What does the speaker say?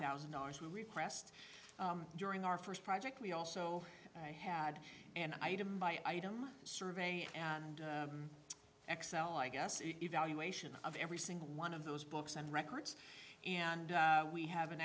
thousand dollars we repressed during our first project we also had an item by item survey and excel i guess evaluation of every single one of those books and records and we have an